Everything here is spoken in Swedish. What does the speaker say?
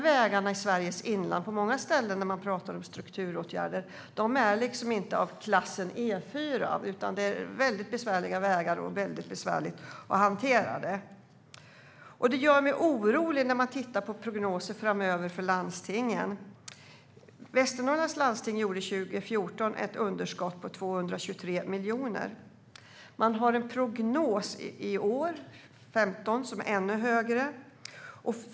Vägarna i Sveriges inland är, på många ställen där man talar om strukturåtgärder, inte av E4-klass. Det är väldigt besvärliga vägar, och det hela är besvärligt att hantera. Det gör mig orolig när jag tittar på prognoser framöver för landstingen. Västernorrlands landsting gjorde 2014 ett underskott på 223 miljoner. Man har en prognos i år, 2015, som är ännu högre.